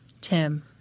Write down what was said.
Tim